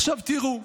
עכשיו, תראו,